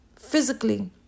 physically